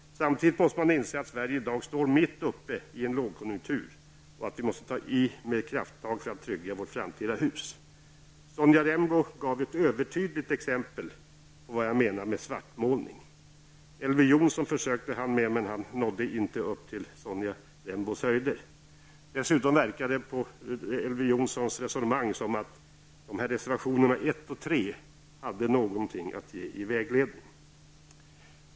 Samtidigt måste man inse att Sverige i dag befinner sig mitt i en lågkonjunktur och att vi måste ta krafttag för att trygga vårt hus i framtiden. Sonja Rembo gav ett övertydligt exempel på vad jag menar med svartmålning. Elver Jonsson försökte sig också på detta. Men han nådde inte upp till Sonja Rembos höjder. Dessutom verkar det, av Elver Jonssons resonemang att döma, som om reservationerna 1 och 3 skulle kunna ha någonting att ge när det gäller vägledning.